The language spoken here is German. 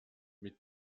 mit